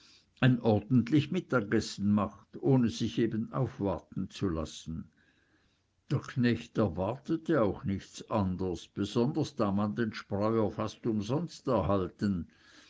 ein ordentlich mittagessen macht ohne sich eben aufwarten zu lassen der knecht erwartete auch nichts anders besonders da man den spreuer fast umsonst erhalten